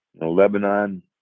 Lebanon